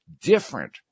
different